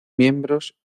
miembros